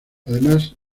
además